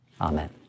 amen